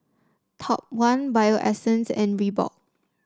Top One Bio Essence and Reebok